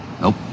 Nope